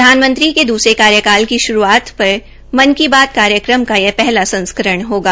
प्रधानमंत्री के दूसरे कार्यकाल की श्रूआत पर मन की बात कार्यक्रम का यह पहला संस्करण होगा